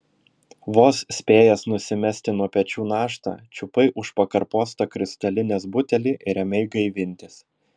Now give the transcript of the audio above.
vos spėjęs nusimesti nuo pečių naštą čiupai už pakarpos tą kristalinės butelį ir ėmei gaivintis